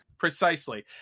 Precisely